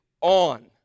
On